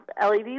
LED